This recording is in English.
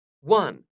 one